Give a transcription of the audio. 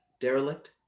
derelict